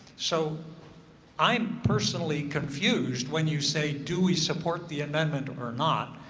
so i'm personally confused when you say do we support the amendment or not.